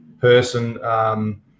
person